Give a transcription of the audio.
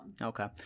okay